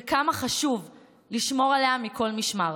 וכמה חשוב לשמור עליה מכל משמר,